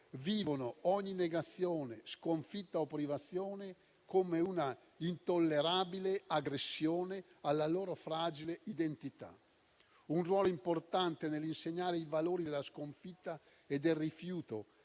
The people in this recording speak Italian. vivono ogni negazione, sconfitta o privazione come una intollerabile aggressione alla loro fragile identità. Un ruolo importante nell'insegnare i valori della sconfitta e del rifiuto